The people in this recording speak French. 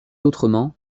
autrement